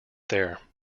there